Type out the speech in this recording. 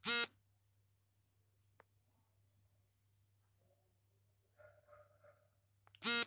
ಮೈದಾಹಿಟ್ಟನ್ನು ಹೆಚ್ಚು ಸಂಸ್ಕರಿಸಿದಾಗ ತನ್ನ ಸತ್ವವನ್ನು ಕಳೆದುಕೊಳ್ಳುತ್ತದೆ